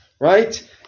right